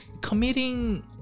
committing